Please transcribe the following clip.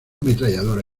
ametralladora